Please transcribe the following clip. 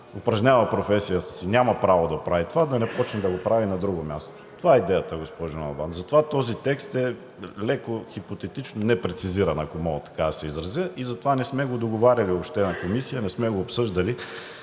упражнява професията си, няма право да прави това, да не почне да го прави на друго място. Това е идеята, госпожо Налбант. Затова този текст е леко хипотетично непрецизиран, ако мога така да се изразя. Затова не сме го договаряли въобще на Комисия, не сме го обсъждали